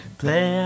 play